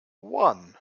one